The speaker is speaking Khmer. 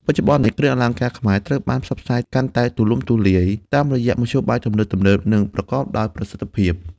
បច្ចុប្បន្ននេះ គ្រឿងអលង្ការខ្មែរត្រូវបាន ផ្សព្វផ្សាយកាន់តែទូលំទូលាយ តាមរយៈមធ្យោបាយទំនើបៗ និងប្រកបដោយប្រសិទ្ធភាព។